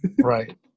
Right